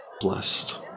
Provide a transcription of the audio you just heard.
blessed